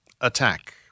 attack